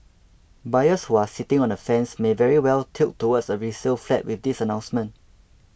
buyers who are sitting on the fence may very well tilt towards a resale flat with this announcement